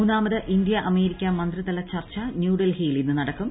മൂന്നാമത് ഇന്ത്യ അമേരിക്ക് മന്ത്രിതല ചർച്ച ന്യൂഡൽഹിയിൽ ന് ഇന്ന് നടക്കും